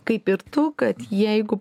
kaip ir tu kad jeigu